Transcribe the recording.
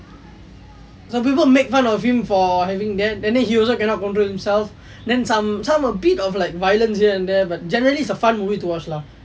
some people make fun of him for having that and then he also cannot control himself then some some a bit of like violence here and there but generally it's a fun movie to watch lah